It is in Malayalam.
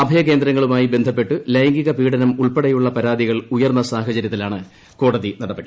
അഭയകേന്ദ്രങ്ങളുമായി ബന്ധപ്പെട്ട് ലൈംഗിക പീഡനം ഉൾപ്പെടെയുള്ള പരാതികൾ ഉയർന്ന സാഹചര്യത്തിലാണ് കോടതി നടപടി